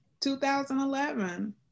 2011